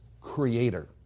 creator